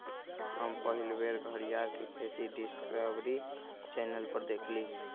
हम पहिल बेर घरीयार के खेती डिस्कवरी चैनल पर देखली